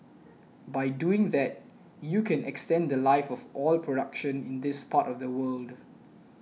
by doing that you can extend the Life of oil production in this part of the world